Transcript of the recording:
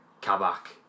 Kabak